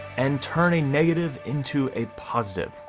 and turn a negative into a positive.